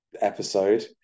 episode